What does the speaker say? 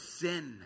sin